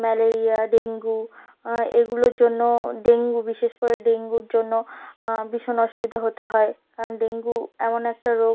malaria dengue এগুলোর জন্য dengue বিশেষ করে ডেঙ্গুর জন্য ভীষণ অসুবিধা হতে হয় কারণ এমন একটা রোগ